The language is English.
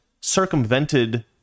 circumvented